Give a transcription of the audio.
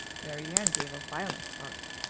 marianne gave a violent start,